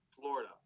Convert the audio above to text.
florida